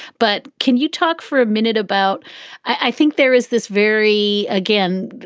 but can you talk for a minute about i think there is this very, again,